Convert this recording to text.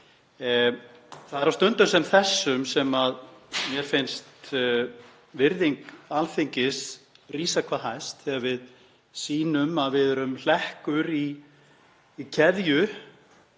Það er á stundum sem þessum sem mér finnst virðing Alþingis rísa hvað hæst, þegar við sýnum að við erum hlekkur í keðju